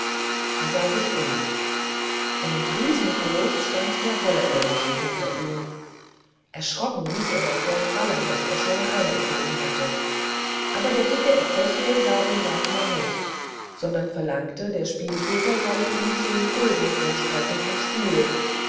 er sah sich um und riesengroß stand der holländer michel hinter ihm erschrocken ließ er das geld fallen das er schon eingezogen hatte aber der dicke ezechiel sah den waldmann nicht sondern verlangte der spiel peter solle ihm gulden vorstrecken zum spiel